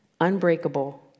unbreakable